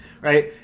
right